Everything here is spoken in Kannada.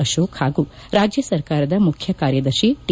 ಅಕೋಕ್ ಪಾಗೂ ರಾಜ್ಯ ಸರ್ಕಾರದ ಮುಖ್ಯ ಕಾರ್ಯದರ್ತಿ ಟಿ